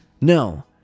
No